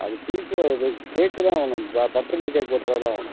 அது பீஸ்ஸு இது கேக்கு தான் வேணும் இந்த பர்த்து டே கேக் வெட்டுறது தான் வேணும்